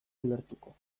ulertuko